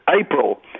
April